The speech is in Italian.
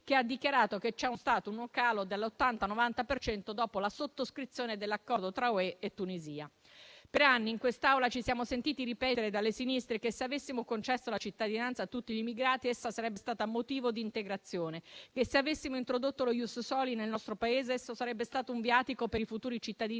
che ha dichiarato che c'è stato un calo dell'80-90 per cento dopo la sottoscrizione dell'accordo tra Unione europea e Tunisia. Per anni in quest'Aula ci siamo sentiti ripetere dalle sinistre che, se avessimo concesso la cittadinanza a tutti gli immigrati, essa sarebbe stata motivo di integrazione; che se avessimo introdotto lo *ius soli* nel nostro Paese, esso sarebbe stato un viatico per i futuri cittadini